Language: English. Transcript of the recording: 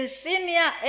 senior